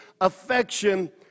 affection